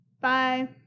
Bye